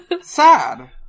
Sad